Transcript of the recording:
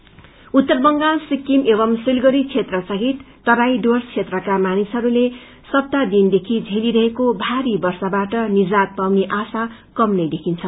ले उत्तर बंगाल सिकिम एवम सिलगढी क्षेत्रसहित तराई डुर्वस क्षेत्रका मानिसहरूले सप्ताहदेखि क्षेतिरहेको भारी वर्षावाट निजात पाउने आशा कम नै देखिन्छ